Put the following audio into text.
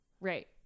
Right